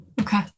Okay